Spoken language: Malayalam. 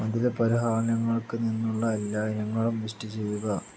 മധുര പലഹാരങ്ങൾക്ക് നിന്നുള്ള എല്ലാ ഇനങ്ങളും ലിസ്റ്റു ചെയ്യുക